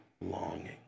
longing